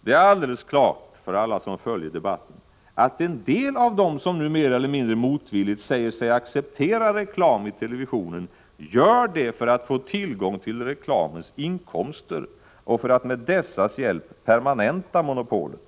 Det är alldeles klart, för alla som följer debatten, att en del av dem som nu mer eller mindre motvilligt säger sig acceptera reklam i televisionen gör det för att få tillgång till reklamens inkomster och för att med dessas hjälp permanenta monopolet.